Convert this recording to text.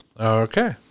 Okay